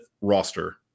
roster